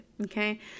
Okay